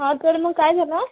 हां तर मग काय झालं